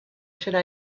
should